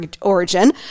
origin